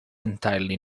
entirely